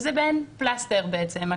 וזה מעין פלסטר בעצם.